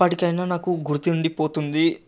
ఎప్పటికయినా నాకు గుర్తుండిపోతుంది